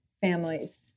families